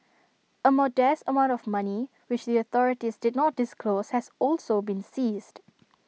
A modest amount of money which the authorities did not disclose has also been seized